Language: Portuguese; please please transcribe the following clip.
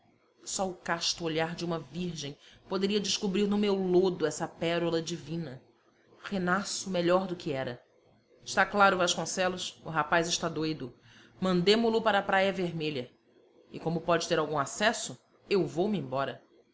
só o casto olhar de uma virgem poderia descobrir no meu lodo essa pérola divina renasço melhor do que era está claro vasconcelos o rapaz está doido mandemo lo para a praia vermelha e como pode ter algum acesso eu vou-me embora